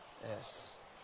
Yes